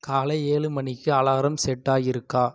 காலை ஏழு மணிக்கு அலாரம் செட் ஆகியிருக்கா